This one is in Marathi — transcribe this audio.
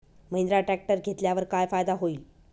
महिंद्रा ट्रॅक्टर घेतल्यावर काय फायदा होईल?